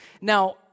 Now